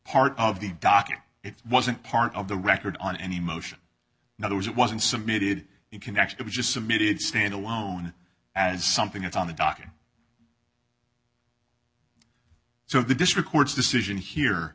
part of the docket it wasn't part of the record on any motion neither was it wasn't submitted in connection it was just submitted stand alone as something that's on the docket so the district court's decision here